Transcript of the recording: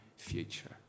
future